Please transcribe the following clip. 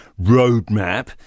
roadmap